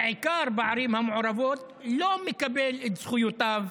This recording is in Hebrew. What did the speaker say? בעיקר בערים המעורבות, לא מקבל את זכויותיו,